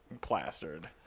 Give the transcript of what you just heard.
plastered